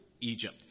Egypt